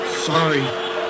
Sorry